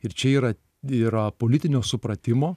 ir čia yra yra politinio supratimo